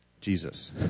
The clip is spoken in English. Jesus